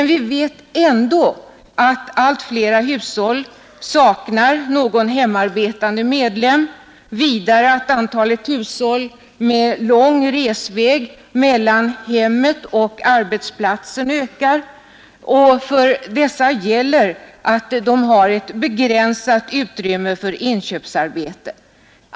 Vi vet ändå att allt flera hushåll saknar någon hemarbetande medlem, vidare att antalet hushåll med lång resväg mellan hemmet och arbetsplatsen ökar. För dessa gäller att de har ett begränsat utrymme för inköpsarbete.